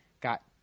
Got